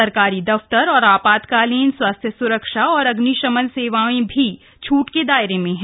सरकारी दफ्तर और आपातकालीन स्वास्थ्य सुरक्षा और अग्निशमन सेवाएं भी छट के दायरे में है